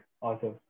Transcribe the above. Awesome